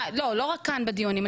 לא רק כאן בדיונים,